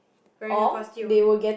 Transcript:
wearing a costume